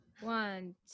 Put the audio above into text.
One